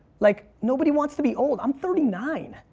like nobody wants to be old. i'm thirty nine.